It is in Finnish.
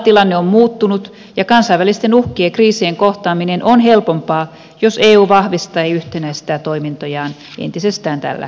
maailmantilanne on muuttunut ja kansainvälisten uhkien ja kriisien kohtaaminen on helpompaa jos eu vahvistaa ja yhtenäistää toimintojaan entisestään tällä saralla